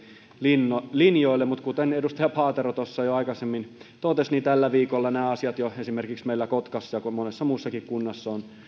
linjoille mutta kuten edustaja paatero tuossa jo aikaisemmin totesi tällä viikolla nämä asiat esimerkiksi meillä kotkassa ja monessa muussakin kunnassa